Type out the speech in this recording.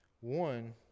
one